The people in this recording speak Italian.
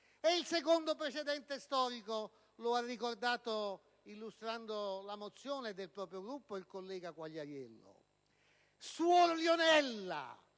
Il secondo precedente storico, lo ha ricordato illustrando la mozione del proprio Gruppo il collega Quagliariello, è quello